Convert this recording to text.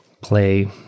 play